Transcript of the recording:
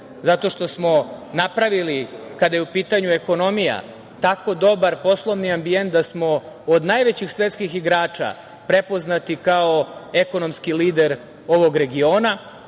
zato što smo napravili kada je u pitanju ekonomija tako dobar poslovni ambijent da smo od najvećih svetskih igrača prepoznati kao ekonomski lider ovog regiona,